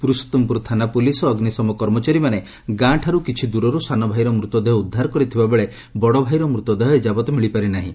ପୁରୁଷୋଉମପୁର ଥାନା ପୁଲିସ୍ ଓ ଅଗ୍ନିସମ କର୍ମଚାରୀମାନେ ଗାଁଠାରୁ କିଛି ଦୂରରୁ ସାନ ଭାଇର ମୃତ ଦେହ ଉଦ୍ଧାର କରିଥିବା ବେଳେ ବଡ଼ ଭାଇର ମୃତ ଦେହ ଏଯାବତ୍ ମିଳିପାରି ନାହିଁ